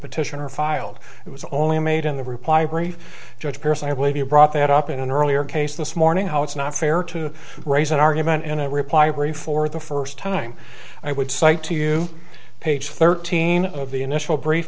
petitioner filed it was only made in the reply brief judge pearson i believe you brought that up in an earlier case this morning how it's not fair to raise an argument in a reply brief for the first time i would cite to you page thirteen of the initial brief